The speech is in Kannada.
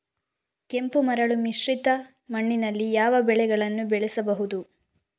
ಕೆಂಪು ಮರಳು ಮಿಶ್ರಿತ ಮಣ್ಣಿನಲ್ಲಿ ಯಾವ ಬೆಳೆಗಳನ್ನು ಬೆಳೆಸಬಹುದು?